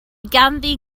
ganddi